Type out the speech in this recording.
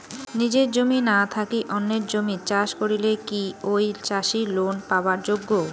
নিজের জমি না থাকি অন্যের জমিত চাষ করিলে কি ঐ চাষী লোন পাবার যোগ্য?